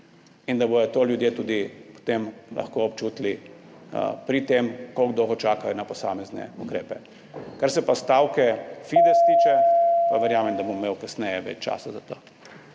in da bodo to ljudje tudi potem lahko občutili pri tem, kako dolgo čakajo na posamezne ukrepe. Kar se pa stavke FIDES tiče, pa verjamem, da bo imel kasneje več časa za to.